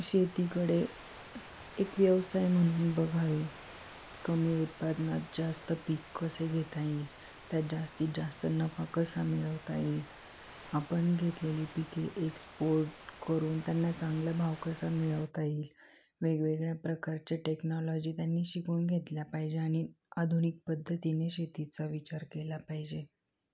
शेतीकडे एक व्यवसाय म्हणून बघावे कमी उत्पादनात जास्त पीक कसे घेता येईल त्यात जास्तीत जास्त नफा कसा मिळवता येईल आपण घेतलेली पिके एक्सपोर्ट करून त्यांना चांगला भाव कसा मिळवता येईल वेगवेगळ्या प्रकारच्या टेक्नॉलॉजी त्यांनी शिकून घेतल्या पाहिजे आणि आधुनिक पद्धतीने शेतीचा विचार केला पाहिजे